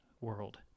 world